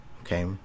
okay